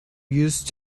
used